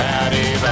Patty